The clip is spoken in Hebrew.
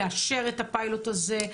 לאשר את הפיילוט הזה,